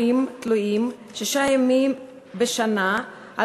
ניתן יהיה לטפל בהורים תלויים שישה ימים בשנה על